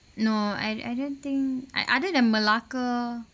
no I I don't think ot~ other than malacca